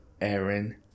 Aaron